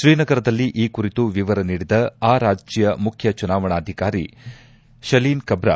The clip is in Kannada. ಶ್ರೀನಗರದಲ್ಲಿ ಈ ಕುರಿತು ವಿವರ ನೀಡಿದ ಆ ರಾಜ್ಯ ಮುಖ್ಯ ಚುನಾವಣಾಧಿಕಾರಿ ಶಲೀನ್ ಕಬ್ರ